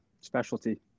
specialty